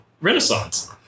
Renaissance